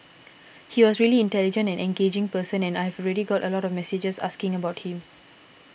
he was a really intelligent and engaging person and I've already got a lot of messages asking about him